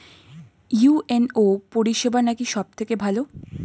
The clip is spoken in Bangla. ইউ.এন.ও পরিসেবা নাকি সব থেকে ভালো?